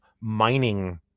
mining